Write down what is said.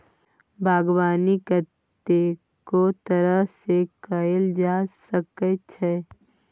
बागबानी कतेको तरह सँ कएल जा सकै छै